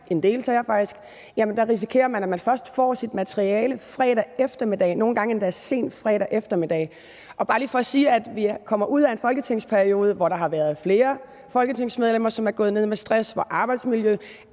en del sager faktisk – risikerer, at man først får sit materiale fredag eftermiddag, nogle gange endda sent fredag eftermiddag. Det er bare lige for at sige, at vi kommer ud af en folketingsperiode, hvor der har været flere folketingsmedlemmer, som er gået ned med stress; hvor arbejdsmiljøet